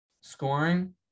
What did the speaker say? scoring